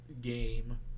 game